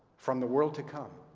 from the world-to-come